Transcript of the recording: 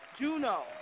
Juno